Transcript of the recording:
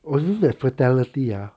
!oi! the fatality ah